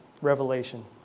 Revelation